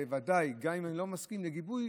ודאי גם אם אני לא מסכים לגיבוי,